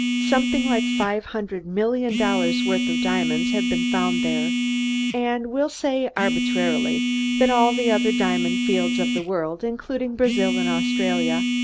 something like five hundred million dollars' worth of diamonds have been found there and we'll say arbitrarily that all the other diamond fields of the world, including brazil and australia,